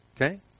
Okay